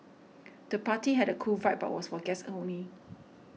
the party had a cool vibe but was for guests only